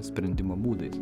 sprendimo būdais